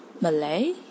Malay